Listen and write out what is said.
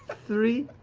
three?